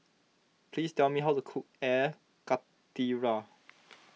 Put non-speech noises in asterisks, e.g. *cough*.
please tell me how to cook Air Karthira *noise*